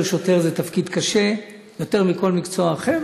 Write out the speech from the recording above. שוטר זה תפקיד קשה יותר מכל מקצוע אחר,